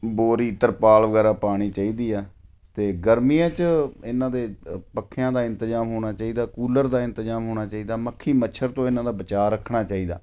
ਬੋਰੀ ਤਰਪਾਲ ਵਗੈਰਾ ਪਾਉਣੀ ਚਾਹੀਦੀ ਆ ਅਤੇ ਗਰਮੀਆਂ 'ਚ ਇਹਨਾਂ ਦੇ ਪੱਖਿਆਂ ਦਾ ਇੰਤਜ਼ਾਮ ਹੋਣਾ ਚਾਹੀਦਾ ਕੂਲਰ ਦਾ ਇੰਤਜ਼ਾਮ ਹੋਣਾ ਚਾਹੀਦਾ ਮੱਖੀ ਮੱਛਰ ਤੋਂ ਇਹਨਾਂ ਦਾ ਬਚਾਅ ਰੱਖਣਾ ਚਾਹੀਦਾ